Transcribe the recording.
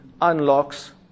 unlocks